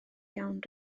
iawn